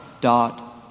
dot